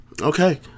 Okay